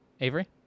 Avery